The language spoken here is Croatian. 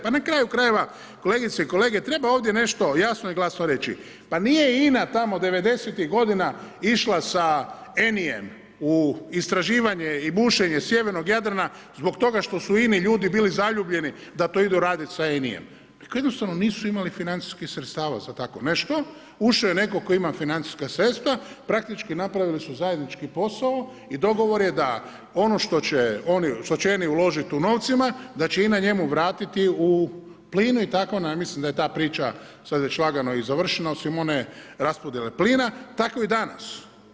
Pa na kraju krajeva kolegice i kolege treba ovdje nešto jasno i glasno reći, pa nije INA tamo devedesetih godina išla sa ENI-em u istraživanjem i bušenje sjevernog Jadrana zbog toga što su ini ljudi bili zaljubljeni da to idu raditi sa ENI-em nego jednostavno nisu imali financijskih sredstava za takvo nešto, ušao je neko tko ima financijska sredstva praktički napravili su zajednički posao i dogovor je da ono što će ENI uložiti u novcima da će INA njemu vratiti u plinu i tako mislim da je ta priča sada već lagano i završeno osim one raspodjele plina tako i danas.